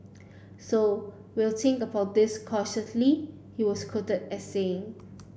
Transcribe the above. so we'll think about this cautiously he was quoted as saying